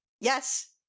Yes